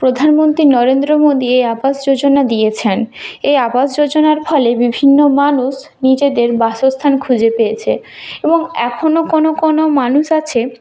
প্রধানমন্ত্রী নরেন্দ্র মোদী এ আবাস যোজনা দিয়েছেন এই আবাস যোজনার ফলে বিভিন্ন মানুষ নিজেদের বাসস্থান খুঁজে পেয়েছে এবং এখনও কোনো কোনো মানুষ আছে